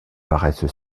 paraissent